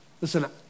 Listen